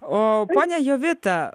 o ponia jovita